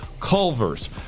Culver's